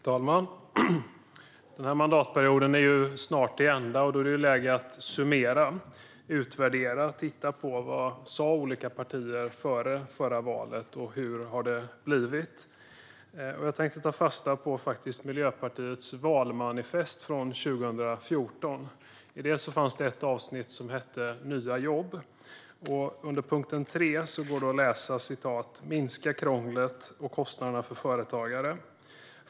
Fru talman! Denna mandatperiod är snart till ända, och det är läge att summera, utvärdera och titta på vad olika partier sa före förra valet och hur det har blivit. Jag tänkte ta fasta på Miljöpartiets valmanifest från 2014. I det fanns det ett avsnitt som hette "Nya jobb". Under punkt 3 står att läsa: "minska krånglet och kostnaderna för företagare.